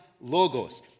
logos